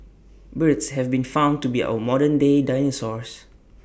birds have been found to be our modern day dinosaurs